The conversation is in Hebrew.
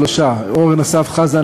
שלושה: אורן אסף חזן,